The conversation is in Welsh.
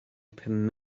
pum